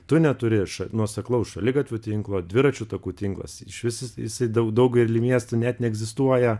tu neturi nuoseklaus šaligatvių tinklo dviračių takų tinklas iš vis jis jisai dau daugely miestų net neegzistuoja